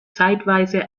zeitweise